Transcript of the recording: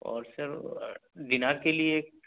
اور sir dinner کے لیے ایک